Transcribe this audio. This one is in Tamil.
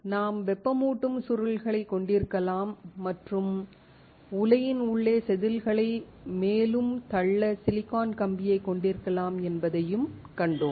நாம் வெப்பமூட்டும் சுருள்களைக் கொண்டிருக்கலாம் மற்றும் உலையின் உள்ளே செதில்களை மேலும் தள்ள சிலிக்கான் கம்பியைக் கொண்டிருக்கலாம் என்பதையும் கண்டோம்